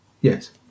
Yes